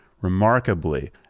Remarkably